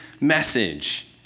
message